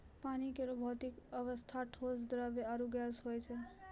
पानी केरो भौतिक अवस्था ठोस, द्रव्य आरु गैस होय छै